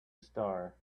star